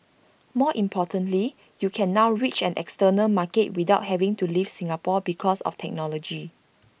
more importantly you can now reach an external market without having to leave Singapore because of technology